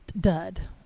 Dud